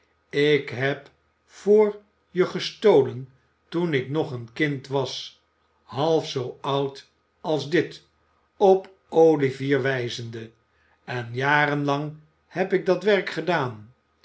ik heb voor je gestolen toen ik nog een kind was half zoo oud als dit op olivier olivier twist wijzende en jarenlang heb ik dat werk gedaan